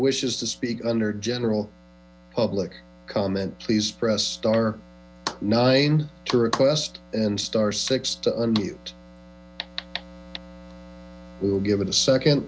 wishes to speak under general public comment please press star nine to request and star six to unmoved we will give it a second